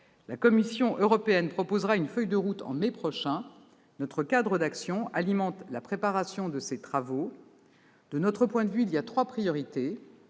La Commission européenne proposera une feuille de route en mai prochain. Notre cadre d'action alimente la préparation de ces travaux. De notre point de vue, il y a trois priorités.